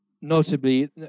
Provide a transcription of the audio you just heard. notably